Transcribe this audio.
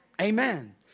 Amen